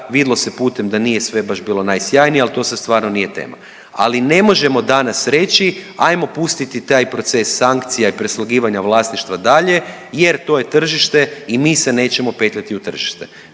vidlo se putem da nije sve baš bilo najsjajnije, al to sad stvarno nije tema. Ali ne možemo danas reći ajmo pustiti taj proces sankcija i preslagivanja vlasništva dalje jer to je tržište i mi se nećemo petljati u tržište.